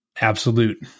absolute